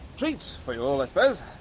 treat for you all, i suppose.